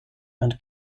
and